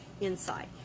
inside